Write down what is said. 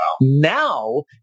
Now